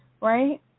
right